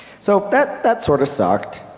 so that that sort of sucked.